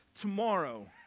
tomorrow